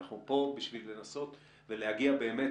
אנחנו פה בשביל לנסות ולהגיע באמת